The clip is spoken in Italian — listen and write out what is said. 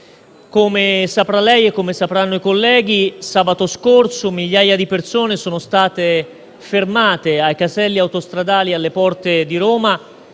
Come lei saprà e come sapranno i colleghi, sabato scorso migliaia di persone sono state fermate ai caselli autostradali, alle porte di Roma,